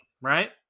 Right